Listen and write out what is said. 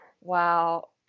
wow